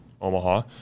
Omaha